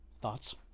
Thoughts